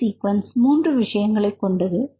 இந்த சீக்வென்ஸ் 3 விஷயங்களை கொண்டது